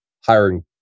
hiring